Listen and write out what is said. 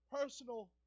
personal